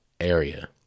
area